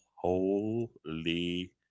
Holy